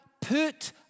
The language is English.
put